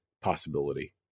possibility